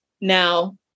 Now